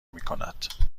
میکند